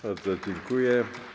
Bardzo dziękuję.